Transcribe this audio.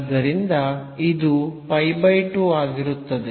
ಆದ್ದರಿಂದ ಇದು π 2 ಆಗಿರುತ್ತದೆ